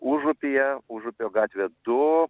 užupyje užupio gatvė du